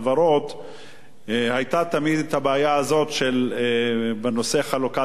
היתה תמיד הבעיה הזאת בנושא חלוקת דיבידנדים.